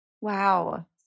Wow